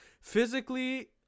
physically